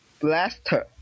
Blaster